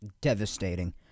devastating